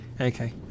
Okay